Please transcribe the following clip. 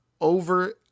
over